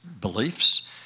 beliefs